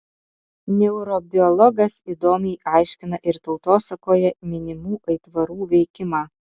neurobiologas įdomiai aiškina ir tautosakoje minimų aitvarų veikimą